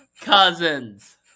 Cousins